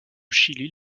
chili